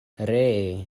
ree